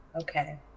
Okay